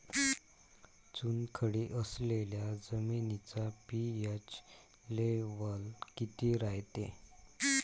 चुनखडी असलेल्या जमिनीचा पी.एच लेव्हल किती रायते?